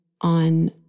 on